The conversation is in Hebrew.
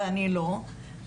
ואני לא,